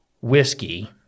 whiskey